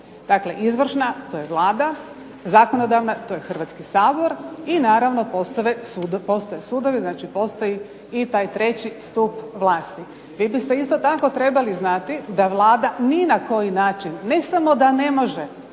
Dakle izvršna to je Vlada, zakonodavna to je Hrvatski sabor i naravno postoje sudovi, znači postoji i taj treći stup vlasti. Vi biste isto tako trebali znati da Vlada ni na koji način, ne samo da ne može,